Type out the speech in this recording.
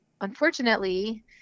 unfortunately